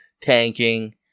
tanking